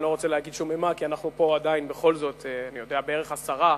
אנחנו פה עדיין בכל זאת בערך עשרה,